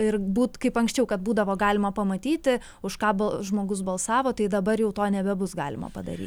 ir būt kaip anksčiau kad būdavo galima pamatyti už kabo žmogus balsavo tai dabar jau to nebebus galima padaryti